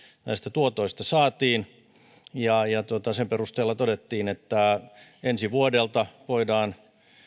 näistä tuotoista saatiin ja ja sen perusteella todettiin että ensi vuodelta voidaan